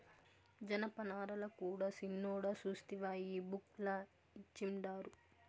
జనపనారల కూడా సిన్నోడా సూస్తివా ఈ బుక్ ల ఇచ్చిండారు